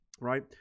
right